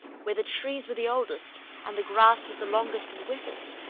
where the trees were the oldest, and the grass was the longest and wettest,